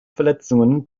verletzungen